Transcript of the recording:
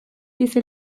izen